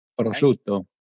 Prosciutto